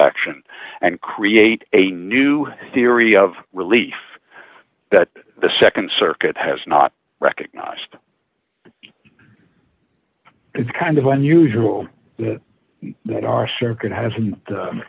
action and create a new theory of relief that the nd circuit has not recognized its kind of unusual that are circuit has